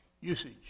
usage